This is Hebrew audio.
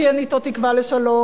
כי אין אתו תקווה לשלום,